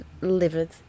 livid